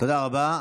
תודה רבה.